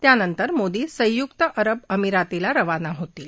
त्या नंतर मोदी संयुक्त अरब अमिरातीला रवाना होतील